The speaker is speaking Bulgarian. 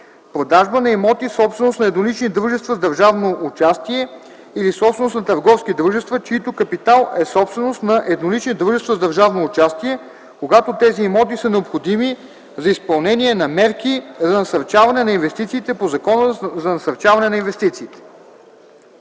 продажба на имоти – собственост на еднолични дружества с държавно участие или собственост на търговски дружества, чийто капитал е собственост на еднолични дружества с държавно участие, когато тези имоти са необходими за изпълнение на мерки за насърчаване на инвестициите по Закона за насърчаване на инвестициите.”